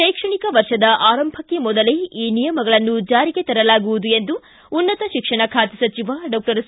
ಶೈಕ್ಷಣಿಕ ವರ್ಷದ ಆರಂಭಕ್ಕೆ ಮೊದಲೇ ಈ ನಿಯಮಗಳನ್ನು ಜಾರಿಗೆ ತರಲಾಗುವುದು ಎಂದು ಉನ್ನತ ಶಿಕ್ಷಣ ಖಾತೆ ಸಚಿವ ಡಾಕ್ಟರ್ ಸಿ